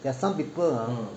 there are some people ah